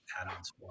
add-ons